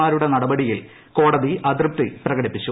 മാരുടെ നടപടിയിൽ കോടതി അതൃപ്തി പ്രകടിപ്പിച്ചു